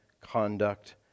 conduct